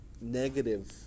negative